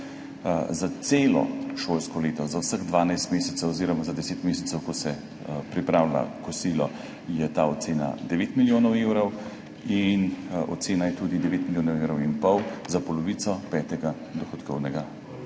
Za celo šolsko leto, za vseh 12 mesecev oziroma za 10 mesecev, ko se pripravlja kosilo, je ta ocena 9 milijonov evrov in ocena je tudi 9,5 milijona evrov za polovico petega dohodkovnega